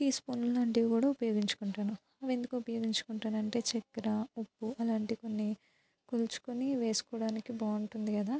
teaspoon లాంటివి కూడా ఉపయోగించుకుంటాను అవెందుకు ఉపయోగించుకుంటానంటే చెక్కర ఉప్పు అలాంటి కొన్ని కొల్చుకొని వేసుకోవడానికి బాగుంటుంది కదా